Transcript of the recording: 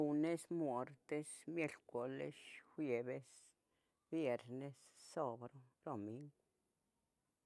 Lunes, muartes, miercules, juieves, vienes, sabaroh, romingo.